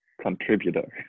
Contributor